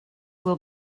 will